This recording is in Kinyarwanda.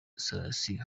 selassie